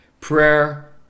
prayer